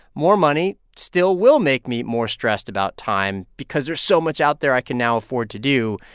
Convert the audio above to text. more money still will make me more stressed about time because there's so much out there i can now afford to do,